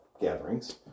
gatherings